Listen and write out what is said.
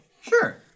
Sure